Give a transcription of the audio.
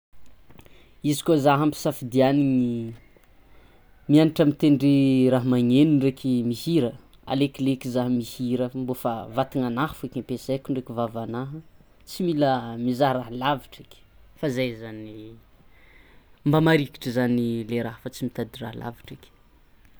Izy koa zah ampisafidianana miagnatra mitendry raha magneno ndreky mihira alekileky zah mihira mbô fa vatananah fôgna ty ampiasaiko ndreky vavanah tsy mila mizaha raha lavitry eky fa zay zany mba marikitry zany le raha fa tsy mizaha raha lavitry eky.